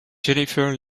jennifer